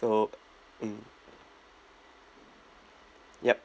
so mm yup